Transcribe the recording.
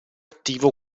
attivo